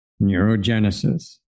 neurogenesis